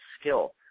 skill